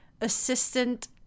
assistant